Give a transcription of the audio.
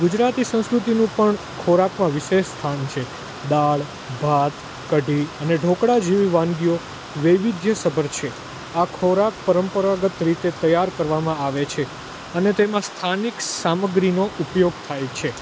ગુજરાતી સંસ્કૃતિનું પણ ખોરાકમાં વિશેષ સ્થાન છે દાળ ભાત કઢી અને ઢોકળા જેવી વાનગીઓ વૈવિધ્યસભર છે આ ખોરાક પરંપરાગત રીતે તૈયાર કરવામાં આવે છે અને તેમાં સ્થાનિક સામગ્રીનો ઉપયોગ થાય છે